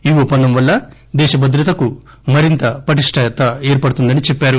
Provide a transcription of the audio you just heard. ఈ ఒప్పందం వల్ల దేశ భద్రతకు మరింత పట్టిష్ఠత ఏర్పడుతుందని అన్నా రు